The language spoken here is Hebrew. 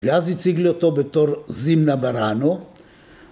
‫ואז הציג לי אותו בתור זימנה בראנו.